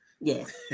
yes